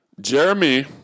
Jeremy